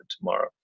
tomorrow